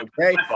okay